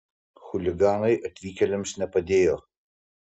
chuliganai atvykėliams nepadėjo